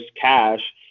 cash